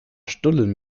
stullen